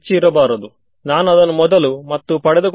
ಹೇಗೆ ನಾವು ಎಲ್ಲವನ್ನೂ ಲೆಕ್ಕಾಚಾರ ಮಾಡಿದ್ದೇವೆ